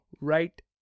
Right